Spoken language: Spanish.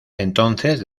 entonces